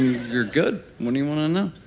you're good. what do you want to know?